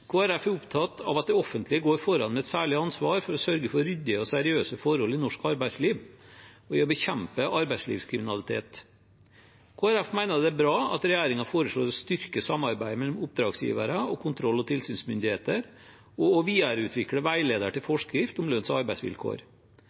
er opptatt av at det offentlige går foran med et særlig ansvar for å sørge for ryddige og seriøse forhold i norsk arbeidsliv og med å bekjempe arbeidslivskriminalitet. Kristelig Folkeparti mener det er bra at regjeringen foreslår å styrke samarbeidet mellom oppdragsgivere og kontroll- og tilsynsmyndigheter og å videreutvikle veileder til forskrift om lønns- og arbeidsvilkår.